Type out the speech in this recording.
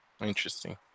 Interesting